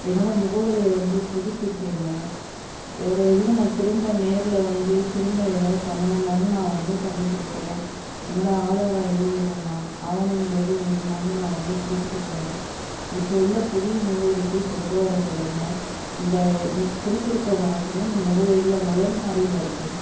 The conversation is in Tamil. என்னோடய முகவரியை வந்து புதுப்பிச்சுடுங்க வேறு எதுவும் நான் திரும்ப நேரில் வந்து திரும்ப ஏதாவது பண்ணணுனாலும் நான் வந்து பண்ணிக் கொடுக்குறேன் என்னோடய ஆதாரம் எதுவும் வேணுமா ஆவணகள் எதுவும் வேணுனாலும் நான் வந்து கொடுத்துட்டு போகிறேன் இப்போ உள்ள புதிய முகவரிக்கே கொண்டு வர சொல்லுங்கள் இந்த கொடுத்துருக்க நான் சொன்ன இந்த முகவரியில முதல் மாடியில் இருக்கேன்